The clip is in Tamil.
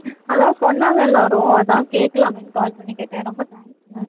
அதுதான் சொன்னாங்க எல்லோரும் அதுதான் கேட்குலாமேன்னு கால் பண்ணி கேட்டேன் ரொம்ப தேங்க்ஸ்ங்க